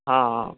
હા હા